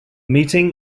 meeting